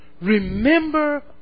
remember